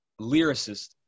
lyricist